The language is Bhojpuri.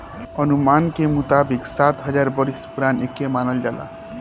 अनुमान के मुताबिक सात हजार बरिस पुरान एके मानल जाला